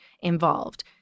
involved